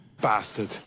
Bastard